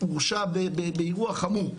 הוא הורשע באירוע חמור.